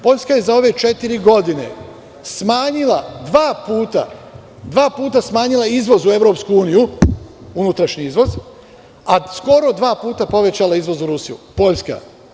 Poljska je za ove četiri godine smanjila dva puta izvoz u EU, unutrašnji izvoz, a skoro dva puta povećala izvoz u Rusiju, Poljska.